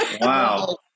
Wow